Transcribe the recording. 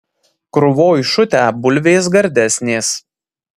krūvoj šutę bulvės gardesnės